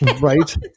Right